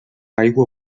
aigua